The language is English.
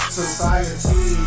society